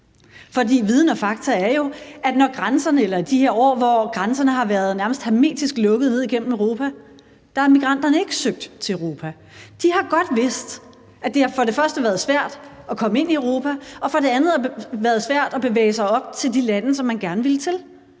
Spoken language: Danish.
For viden og fakta er jo, at i de her år, hvor grænserne har været nærmest hermetisk lukkede ned igennem Europa, har migranterne ikke søgt til Europa. De har godt vidst, at det for det første har været svært at komme ind i Europa, og at det for det andet har været svært at bevæge sig op til de lande, som man gerne ville til.